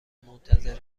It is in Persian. منتظر